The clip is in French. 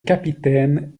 capitaine